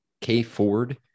K-Ford